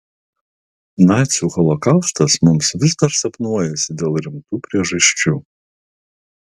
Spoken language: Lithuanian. nacių holokaustas mums vis dar sapnuojasi dėl rimtų priežasčių